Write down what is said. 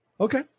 Okay